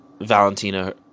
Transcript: Valentina